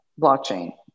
blockchain